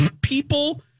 people